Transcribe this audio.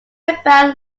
about